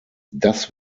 das